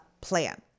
plan